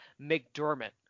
McDermott